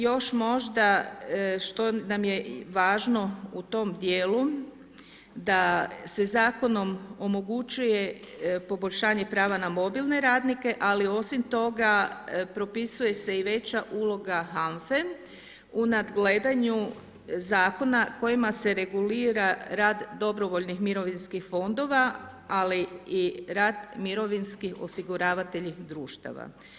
Još možda što nam je važno u tom dijelu da se zakonom omogućuje poboljšanje prava na mobilne radnike, ali osim toga propisuje se i veća uloga HANFA-e u nadgledanju zakona kojima se regulira rad dobrovoljnih mirovinskih fondova, ali i rad mirovinskih osiguravatelja društava.